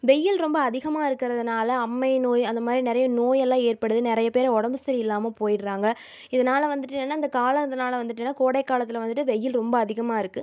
வெயில் ரொம்ப அதிகமாக இருக்கிறதுனால அம்மை நோய் அந்தமாதிரி நிறையா நோய் எல்லாம் ஏற்படுது நிறையப்பேரு உடம்பு சரியில்லாமல் போயிடுறாங்க இதனால் வந்துவிட்டு என்னன்னா இந்த காலம் இதனால் வந்துவிட்டு என்னன்னா கோடை காலத்தில் வந்துவிட்டு வெயில் ரொம்ப அதிகமாக இருக்கு